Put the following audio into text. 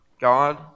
God